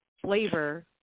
flavor